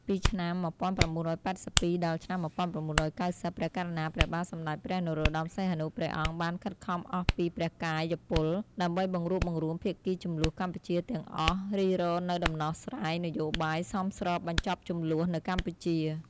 ពីឆ្នាំ១៩៨២ ដល់ ឆ្នាំ១៩៩០ ព្រះករុណាព្រះបាទសម្តេចព្រះនរោត្តម សីហនុ ព្រះអង្គ បានខិតខំអស់ពីព្រះកាយពល ដើម្បីបង្រួបបង្រួមភាគីជម្លោះកម្ពុជាទាំងអស់រិះរកនូវដំណោះ ស្រាយនយោបាយសមស្របបញ្ចប់ជម្លោះនៅកម្ពុជា។